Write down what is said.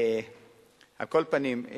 על כל פנים,